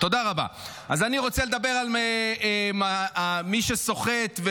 אני איתך עד מחר בבוקר.